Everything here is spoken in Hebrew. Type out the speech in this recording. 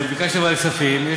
אבל ביקשתי ועדת כספים.